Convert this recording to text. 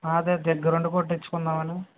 అదే దగ్గరుండి కొట్టించుకుందామని